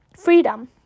freedom